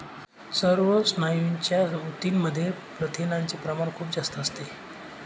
सर्व स्नायूंच्या ऊतींमध्ये प्रथिनांचे प्रमाण खूप जास्त असते